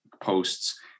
posts